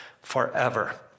forever